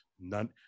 none